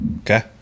Okay